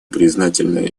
признательны